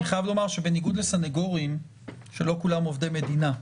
אני חייב לומר שבניגוד לסנגורים - שלא כולם עובדי מדינה,